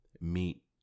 meet